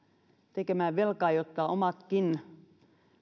tekemään velkaa jotta omatkin